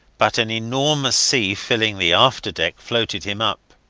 but an enormous sea filling the after-deck floated him up.